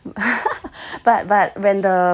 but but when the